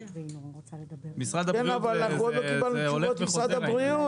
עם משרד הבריאות זה הולך וחוזר העניין הזה.